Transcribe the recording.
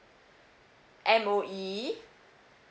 M_O_E